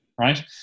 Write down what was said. right